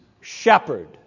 shepherd